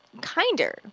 kinder